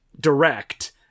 direct